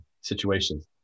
situations